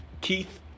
Keith